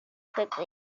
quickly